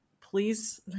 Please